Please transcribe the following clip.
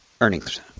earnings